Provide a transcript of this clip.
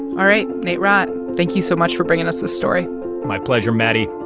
all right. nate rott, thank you so much for bringing us this story my pleasure, maddie